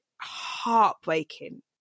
heartbreaking